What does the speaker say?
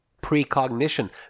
Precognition